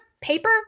paper